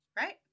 right